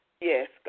yes